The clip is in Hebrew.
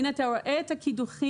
אתה יכול לראות את הקידוחים.